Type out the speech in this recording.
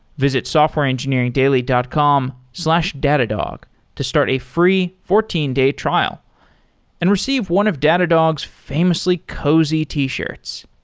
visit softwareengineeringdaily dot com slash datadog to start a free fourteen day trial and receive one of datadog's famously cozy t-shirts.